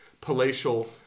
palatial